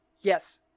yes